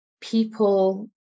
people